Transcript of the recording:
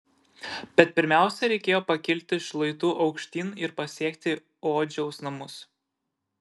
bet pirmiausia reikėjo pakilti šlaitu aukštyn ir pasiekti odžiaus namus